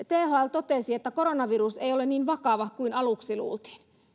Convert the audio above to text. totesi että koronavirus ei ole niin vakava kuin aluksi luultiin